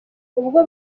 ubwo